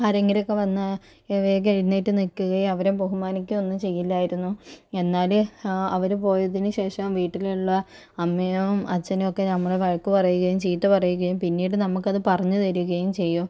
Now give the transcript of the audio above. ആരെങ്കിലുവൊക്കെ വന്നാൽ വേഗം എഴുന്നേറ്റ് നിൽക്കുകയോ അവരെ ബഹുമാനിക്കുകയോ ഒന്നും ചെയ്യില്ലായിരുന്നു എന്നാല് അവര് പോയതിന് ശേഷം വീട്ടിലുള്ള അമ്മയും അച്ഛനോക്കെ ഞങ്ങളെ വഴക്ക് പറയുകയും ചീത്തപറയുകയും പിന്നീട് പറഞ്ഞ് തരികയും ചെയ്തു